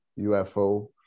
UFO